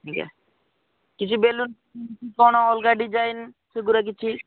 ଆଜ୍ଞା କିଛି ବେଲୁନ୍ କି କ'ଣ ଅଲଗା ଡିଜାଇନ୍ ସେଗୁଡ଼ା କିଛି